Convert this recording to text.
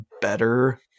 better